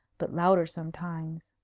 but louder sometimes.